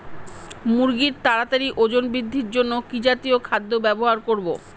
মুরগীর তাড়াতাড়ি ওজন বৃদ্ধির জন্য কি জাতীয় খাদ্য ব্যবহার করব?